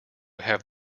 have